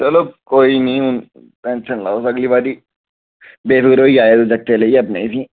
चलो कोई निं टेंशन निं लैओ अगली बारी बेफिक्रे होइयै आयो बच्चे अपने गी लेइयै